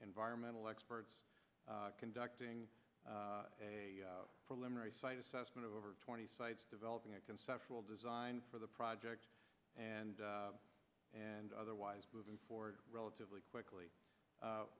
environmental experts conducting a preliminary site assessment of over twenty sites developing a conceptual design for the project and and otherwise moving forward relatively quickly